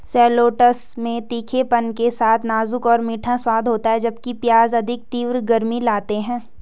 shallots में तीखेपन के साथ एक नाजुक और मीठा स्वाद होता है, जबकि प्याज अधिक तीव्र गर्मी लाते हैं